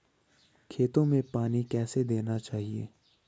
खेतों में पानी कैसे देना चाहिए?